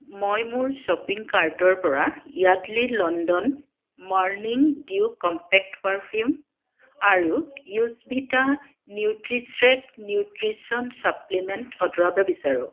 মই মোৰ শ্বপিং কাৰ্টৰ পৰা Yardley London morning dew compact perfume আৰু য়োছভিটা নিউট্ৰিশ্বেক নিউট্ৰিচন চাপ্লিমেণ্ট অঁতৰাব বিচাৰোঁ